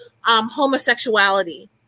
homosexuality